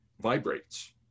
vibrates